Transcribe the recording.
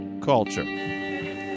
Culture